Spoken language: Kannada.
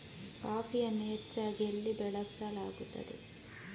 ಕಾಫಿಯನ್ನು ಹೆಚ್ಚಾಗಿ ಎಲ್ಲಿ ಬೆಳಸಲಾಗುತ್ತದೆ?